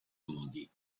modi